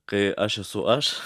kai aš esu aš